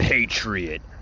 Patriot